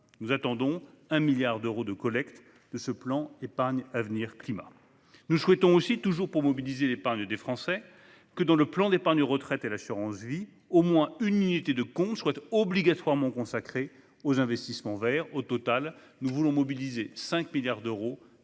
Nous attendons 1 milliard d'euros de collecte de ce plan d'épargne avenir climat. Toujours pour mobiliser l'épargne des Français, nous souhaitons aussi que, dans les plans d'épargne retraite et les contrats d'assurance vie, au moins une unité de compte soit obligatoirement consacrée aux investissements verts. Au total, nous voulons mobiliser 5 milliards d'euros